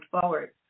forward